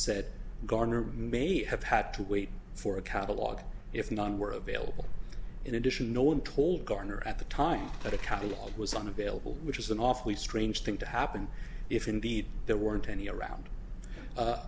said garner may have had to wait for a catalog if none were available in addition no one told garner at the time that a copy was unavailable which is an awfully strange thing to happen if indeed there weren't any around